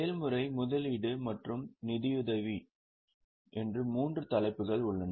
செயற்பாடு முதலீடு மற்றும் நிதியுதவி என மூன்று தலைப்புகள் உள்ளன